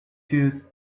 you